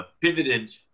pivoted